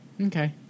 Okay